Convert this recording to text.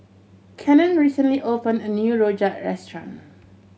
Cannon recently opened a new rojak restaurant